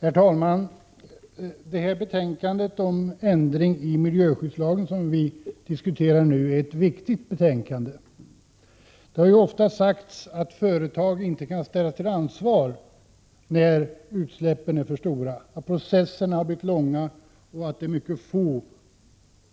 Herr talman! Det betänkande om ändring i miljöskyddslagen som vi nu diskuterar är ett viktigt betänkande. Det har ofta sagts att företag inte kan ställas till ansvar när utsläppen är för stora. Processerna har blivit långa, och det är mycket få